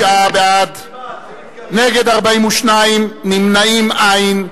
בעד, 59, נגד, 42, נמנעים, אין.